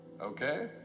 Okay